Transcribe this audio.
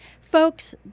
Folks